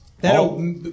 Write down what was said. That'll